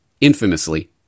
infamously